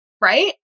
Right